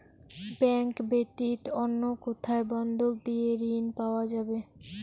Bank ব্যাতীত অন্য কোথায় বন্ধক দিয়ে ঋন পাওয়া যাবে?